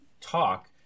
talk